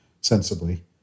sensibly